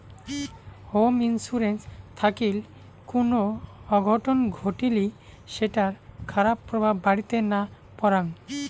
home insurance থাকিল কুনো অঘটন ঘটলি সেটার খারাপ প্রভাব বাড়িতে না পরাং